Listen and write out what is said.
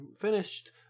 finished